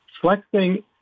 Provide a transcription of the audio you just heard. flexing